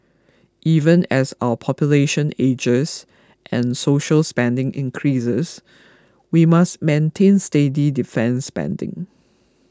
even as our population ages and social spending increases we must maintain steady defence spending